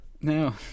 no